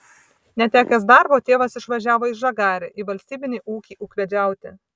netekęs darbo tėvas išvažiavo į žagarę į valstybinį ūkį ūkvedžiauti